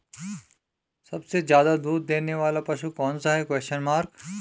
सबसे ज़्यादा दूध देने वाला पशु कौन सा है?